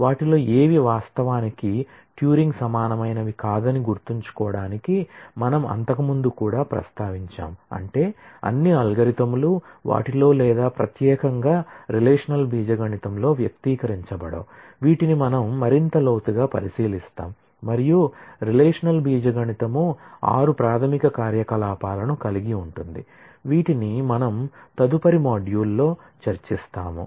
వాటిలో ఏవీ వాస్తవానికి ట్యూరింగ్ సమానమైనవి కాదని గుర్తుంచుకోవడానికి మనం అంతకుముందు కూడా ప్రస్తావించాము అంటే అన్ని అల్గోరిథంలు వాటిలో లేదా ప్రత్యేకంగా రిలేషనల్ బీజగణితంలో వ్యక్తీకరించబడవు వీటిని మనం మరింత లోతుగా పరిశీలిస్తాము మరియు రిలేషనల్ బీజగణితం ఆరు ప్రాథమిక కార్యకలాపాలను కలిగి ఉంటుంది వీటిని మనం తదుపరి మాడ్యూల్లో చర్చిస్తాము